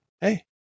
Hey